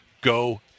Go